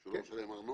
שהוא לא משלם ארנונה,